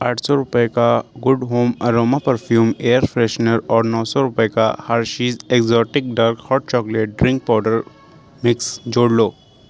آٹھ سو روپے کا good home aroma perfume air freshener اور نو سو روپے کا Hershey's exotic dark hot chocolate drink powder mix جوڑ لو